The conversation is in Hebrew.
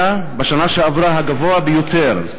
היה בשנה שעברה הגבוה ביותר,